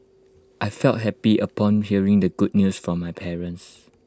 I felt happy upon hearing the good news from my parents